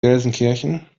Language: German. gelsenkirchen